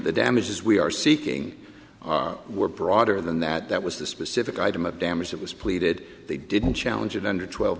the damages we are seeking are were broader than that that was the specific item of damage that was pleaded they didn't challenge it under twelve